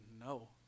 No